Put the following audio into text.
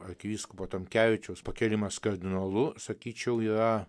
arkivyskupo tamkevičiaus pakėlimas kardinolu sakyčiau yra